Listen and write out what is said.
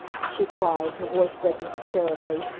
she cried, her voice breaking hysterically,